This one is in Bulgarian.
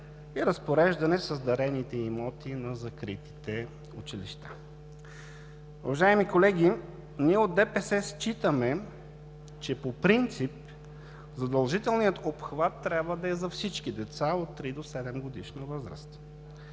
и разпореждане с дарените имоти на закритите училища. Уважаеми колеги, ние от „Движението за права и свободи“ считаме, че по принцип задължителният обхват трябва да е за всички деца от 3- до 7-годишна възраст.